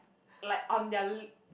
like on their lip